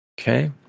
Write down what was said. Okay